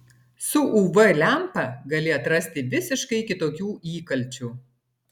su uv lempa gali atrasti visiškai kitokių įkalčių